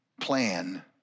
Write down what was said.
plan